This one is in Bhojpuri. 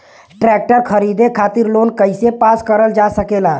ट्रेक्टर खरीदे खातीर लोन कइसे पास करल जा सकेला?